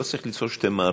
לא צריך ליצור שתי מערכות.